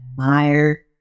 admire